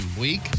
week